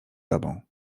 tobą